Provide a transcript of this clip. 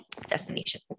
destination